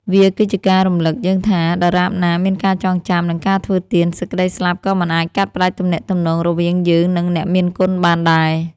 វាគឺជាការរំឮកយើងថា ដរាបណាមានការចងចាំ និងការធ្វើទាន សេចក្ដីស្លាប់ក៏មិនអាចកាត់ផ្ដាច់ទំនាក់ទំនងរវាងយើង និងអ្នកមានគុណបានដែរ។